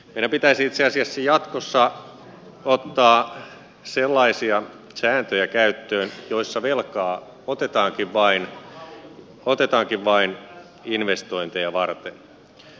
meidän pitäisi itse asiassa jatkossa ottaa käyttöön sellaisia sääntöjä joissa velkaa otetaankin vain investointeja varten